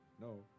No